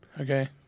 Okay